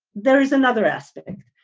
there is another aspect,